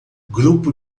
grupo